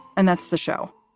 and that's the show.